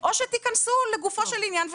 או שתיכנסו לגופו של עניין,